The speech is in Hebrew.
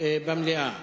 דיון במליאה.